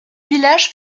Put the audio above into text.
village